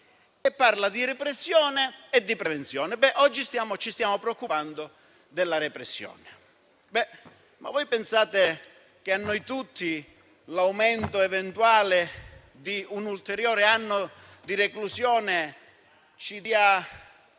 parlando di repressione e di prevenzione. Oggi ci stiamo preoccupando della repressione. Voi pensate che a noi tutti l'aumento eventuale di un ulteriore anno di reclusione dia